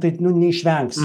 taip neišvengsi